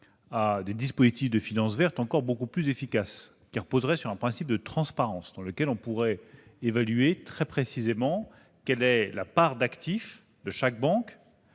à des mécanismes de finance verte encore beaucoup plus efficaces. Ceux-ci reposeraient sur un principe de transparence, grâce auquel on pourrait évaluer très précisément la part d'actifs de chaque banque